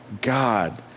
God